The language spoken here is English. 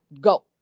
Go